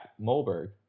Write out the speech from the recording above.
Mulberg